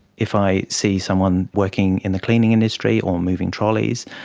if i see someone working in the cleaning industry or moving trolleys,